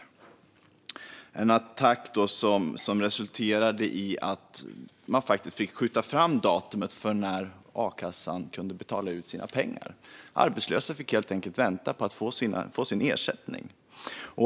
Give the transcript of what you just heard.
Det var en attack som resulterade i att man fick skjuta fram datumet för när a-kassorna kunde betala ut sina pengar. Arbetslösa fick helt enkelt vänta på att få sin ersättning.